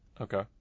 Okay